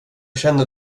känner